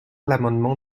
l’amendement